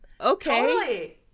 Okay